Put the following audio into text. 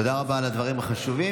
תודה רבה על הדברים החשובים.